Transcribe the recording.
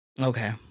Okay